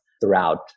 throughout